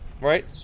right